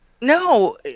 No